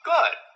Good